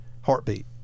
heartbeat